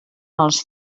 els